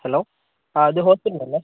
hello ആ ഇത് ഹോസ്പിറ്റലല്ലേ